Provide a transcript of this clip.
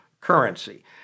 currency